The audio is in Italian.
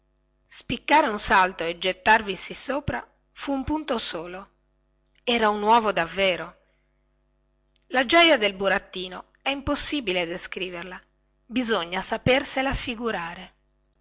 spiccare un salto e gettarvisi sopra fu un punto solo era un uovo davvero la gioia del burattino è impossibile descriverla bisogna sapersela figurare